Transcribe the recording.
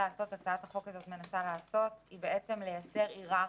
הצעת החוק הזה עוד מנסה לייצר היררכיה.